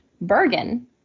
bergen